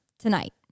tonight